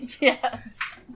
Yes